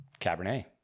Cabernet